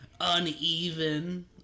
uneven